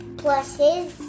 pluses